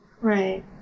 Right